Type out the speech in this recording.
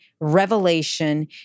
revelation